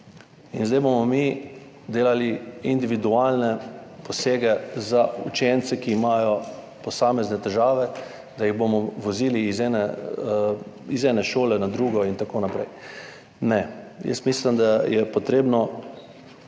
in zdaj bomo mi delali individualne posege za učence, ki imajo posamezne težave, da jih bomo vozili iz ene šole na drugo in tako naprej. Ne, jaz mislim, da je potrebno